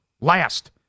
last